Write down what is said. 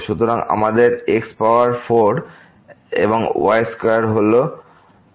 সুতরাং আমাদের x power 4 এবং y স্কয়ার হল x পাওয়ার 4